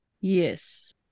Yes